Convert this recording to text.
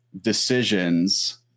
decisions